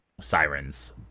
sirens